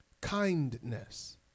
kindness